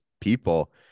people